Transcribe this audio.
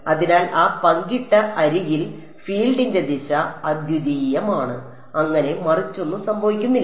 അതിനാൽ ആ പങ്കിട്ട അരികിൽ ഫീൽഡിന്റെ ദിശ അദ്വിതീയമാണ് അങ്ങനെ മറിച്ചൊന്നും സംഭവിക്കുന്നില്ല